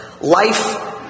life